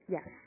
Yes